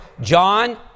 John